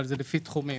אבל זה לפי תחומים.